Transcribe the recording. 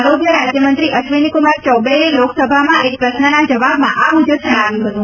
આરોગ્ય રાજ્યમંત્રી અશ્વિનીકુમાર યૌબેએ લોકસભામાં એક પ્રશ્નના જવાબમાં આ મુજબ જણાવ્યું હતું